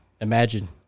Imagine